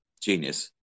genius